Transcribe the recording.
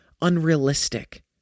unrealistic